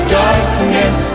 darkness